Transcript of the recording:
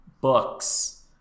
books